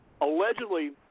Allegedly